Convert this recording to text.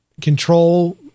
control